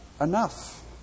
enough